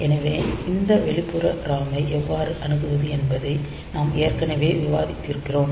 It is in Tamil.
எனவே இந்த வெளிப்புற ROM ஐ எவ்வாறு அணுகுவது என்பதை நாம் ஏற்கனவே விவாதித்திருக்கிறோம்